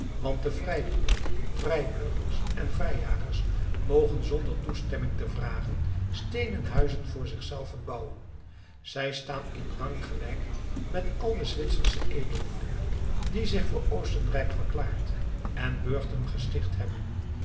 want de vrijboeren vrijburgers en vrijjagers mogen zonder toestemming te vragen steenen huizen voor zichzelven bouwen zij staan in rang gelijk met al de zwitsersche edellieden die zich voor oostenrijk verklaard en burchten gesticht hebben